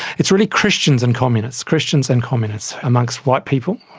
it's really christians and communists. christians and communists amongst white people,